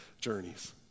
journeys